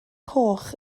coch